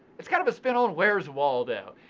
it's kind of a spin on where's waldo.